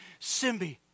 Simbi